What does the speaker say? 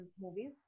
movies